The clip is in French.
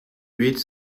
huit